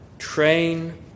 train